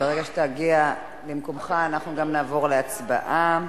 ברגע שתגיע למקומך אנחנו נעבור להצבעה.